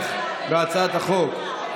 שתומך בהצעת החוק,